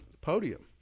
podium